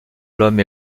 l’homme